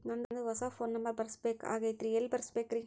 ನಂದ ಹೊಸಾ phone number ಬರಸಬೇಕ್ ಆಗೈತ್ರಿ ಎಲ್ಲೆ ಬರಸ್ಬೇಕ್ರಿ?